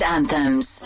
Anthems